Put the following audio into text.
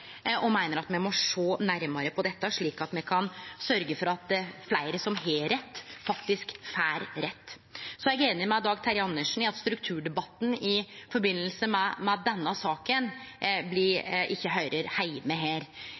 og meiner at me må sjå nærmare på dette, slik at me kan sørgje for at fleire som har rett, faktisk får rett. Så er eg einig med Dag Terje Andersen i at strukturdebatten i forbindelse med denne saka ikkje høyrer heime her. Me